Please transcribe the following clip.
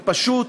זה פשוט,